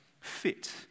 fit